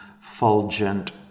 fulgent